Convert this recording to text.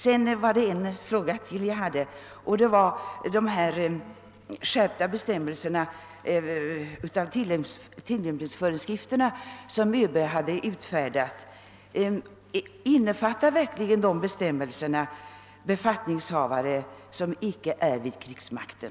Sedan ytterligare en fråga: Innefattar verkligen de skärpta tillämpningsföreskrifter som ÖB utfärdat även personer som inte är befattningshavare vid krigsmakten?